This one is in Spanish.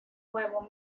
nuevo